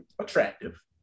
attractive